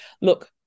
look